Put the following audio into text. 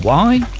why?